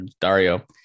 Dario